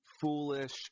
foolish